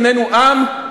איננו עם,